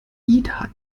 ida